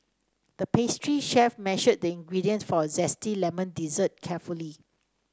the pastry chef measured the ingredients for a zesty lemon dessert carefully